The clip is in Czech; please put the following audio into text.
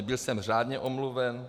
Byl jsem řádně omluven.